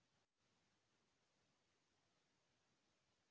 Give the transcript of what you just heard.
Thresher लेहूं त कतका सब्सिडी मिलही?